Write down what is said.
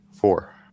four